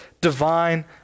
divine